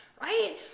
right